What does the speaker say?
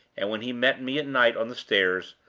and when he met me at night on the stairs,